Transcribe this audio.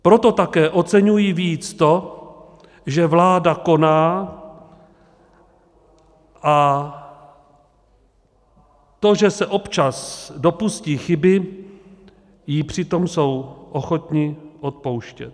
Proto také oceňují víc to, že vláda koná, a to, že se občas dopustí chyby, jí přitom jsou ochotni odpouštět.